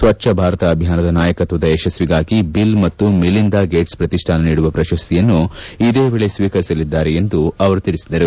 ಸ್ವಜ್ವ ಭಾರತ ಅಭಿಯಾನದ ನಾಯಕತ್ವದ ಯಶಸ್ವಿಗಾಗಿ ಬಿಲ್ ಮತ್ತು ಮಿಲಿಂದ ಗೇಟ್ಸ್ ಪ್ರಕಿಷ್ಠಾನ ನೀಡುವ ಪ್ರಶಸ್ತಿಯನ್ನು ಇದೇ ವೇಳೆ ಸ್ವೀಕರಿಸಲಿದ್ದಾರೆ ಎಂದು ಅವರು ತಿಳಿಸಿದರು